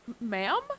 Ma'am